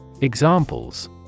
Examples